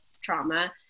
trauma